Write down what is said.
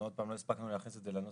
אנחנו לא הספקנו להכניס את זה לנוסח